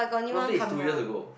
no split is two years ago